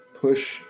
push